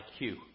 IQ